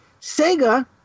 Sega